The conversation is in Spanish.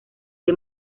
del